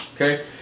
okay